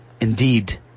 Indeed